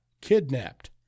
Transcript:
kidnapped